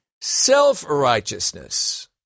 self-righteousness